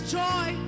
joy